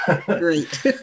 Great